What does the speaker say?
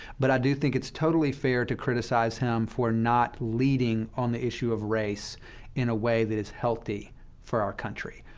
but i do think it's totally fair to criticize him for not leading on the issue of race in a way that is healthy for our country.